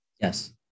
Yes